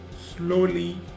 slowly